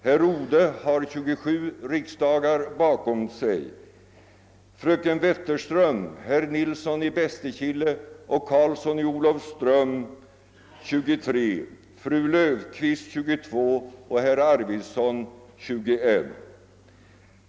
Herr Odhe har 27 riksdagar bakom sig, fröken Wetterström, herr Nilsson i Bästekille och herr Karlsson i Olofström 23, fru Löfqvist 22 och herr Arweson 21.